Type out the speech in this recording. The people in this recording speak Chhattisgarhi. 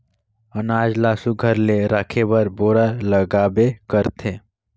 अनाज ल सुग्घर ले राखे बर बोरा लागबे करथे